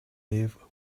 leave